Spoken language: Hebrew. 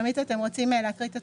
אני אקריא את הטבלה: